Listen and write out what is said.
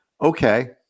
Okay